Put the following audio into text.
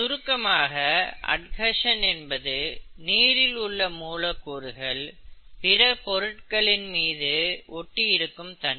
சுருக்கமாக அட்ஹேஷன் என்பது நீரில் உள்ள மூலக்கூறுகள் பிற பொருட்களின் மீது ஒட்டி இருக்கும் தன்மை